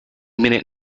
minute